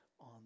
on